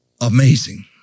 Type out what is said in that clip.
amazing